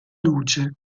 luce